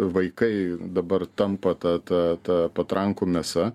vaikai dabar tampa ta ta ta patrankų mėsa